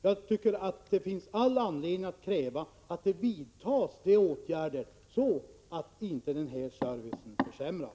Jag tycker att det finns all anledning att kräva att åtgärder vidtas för att förhindra att den här servicen försämras.